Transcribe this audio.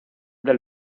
del